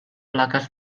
plaques